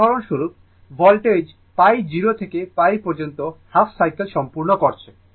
উদাহরণস্বরূপ ভোল্টেজ π 0 থেকে π পর্যন্ত হাফ সাইকেল সম্পূর্ণ করছে